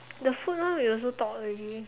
the food one we also talked already